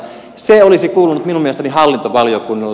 se olisi kuulunut minun mielestäni hallintovaliokunnalle